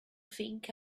think